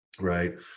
right